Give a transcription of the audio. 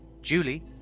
Julie